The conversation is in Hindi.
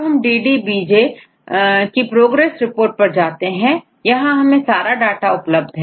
अब हमDDBJ की प्रोग्रेस रिपोर्ट पर जाते हैं यहां हमें सारा डाटा उपलब्ध है